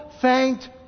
thanked